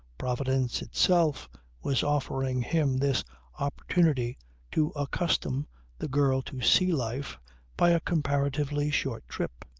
providence itself was offering him this opportunity to accustom the girl to sea-life by a comparatively short trip.